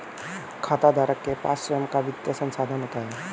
खाताधारक के पास स्वंय का वित्तीय संसाधन होता है